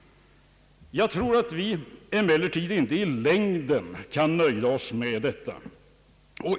Jag tror emellertid att vi inte i längden kan nöja oss med detta.